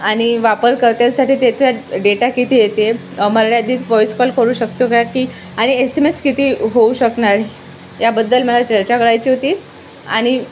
आणि वापरकर्त्यांसाठी त्याचा डेटा किती येते मला यादीच व्हॉईस कॉल करू शकतो का्य की आणि एस एम एस किती होऊ शकणार याबद्दल मला चर्चा करायची होती आणि